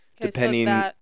Depending